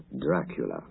Dracula